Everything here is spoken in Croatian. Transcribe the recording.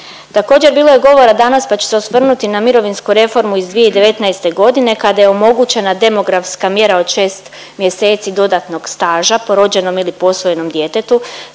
Također bilo je govora danas pa ću se osvrnuti na mirovinsku reformu iz 2019.g. kada je omogućena demografska mjera od šest mjeseci dodatnog staža po rođenom ili posvojenom djetetu,